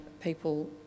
people